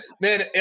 man